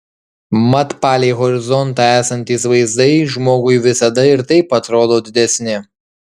mat palei horizontą esantys vaizdai žmogui visada ir taip atrodo didesni